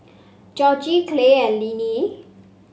Georgie Clay and Lynne